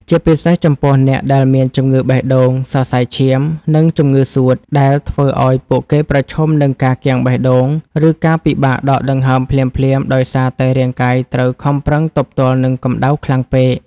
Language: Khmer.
ជាពិសេសចំពោះអ្នកដែលមានជំងឺបេះដូង សរសៃឈាម និងជំងឺសួត ដែលធ្វើឱ្យពួកគេប្រឈមនឹងការគាំងបេះដូង ឬការពិបាកដកដង្ហើមភ្លាមៗដោយសារតែរាងកាយត្រូវខំប្រឹងទប់ទល់នឹងកម្ដៅខ្លាំងពេក។